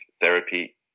therapy